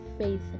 faith